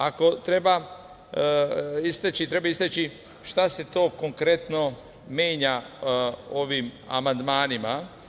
Ako treba istaći, treba istaći šta se to konkretno menja ovim amandmanima.